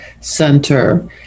Center